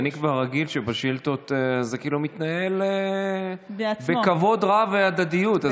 אני כבר רגיל שבשאילתות זה מתנהל בכבוד רב והדדיות.